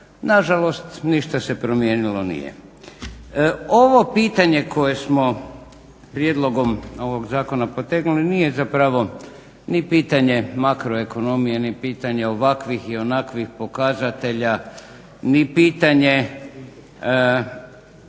Nažalost, ništa se promijenilo nije. Ovo pitanje koje smo prijedlogom ovog zakona potegnuli nije zapravo ni pitanje makroekonomije ni pitanje ovakvih i onakvih pokazatelja, ni pitanje